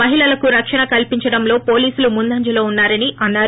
మహిళలకు రక్షణ కల్స్ంచడంలో పోలీసులు ముందంజలో ఉన్నారని అన్నారు